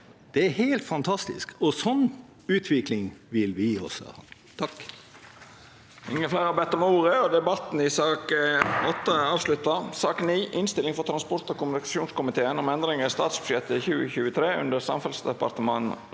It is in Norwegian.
Det er helt fantastisk, og sånn utvikling vil vi også ha.